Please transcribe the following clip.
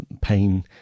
pain